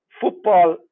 football